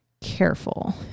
careful